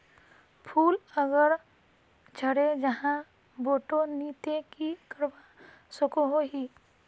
फूल अगर झरे जहा बोठो नी ते की करवा सकोहो ही?